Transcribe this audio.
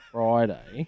Friday